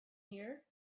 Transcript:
here